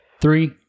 Three